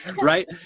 right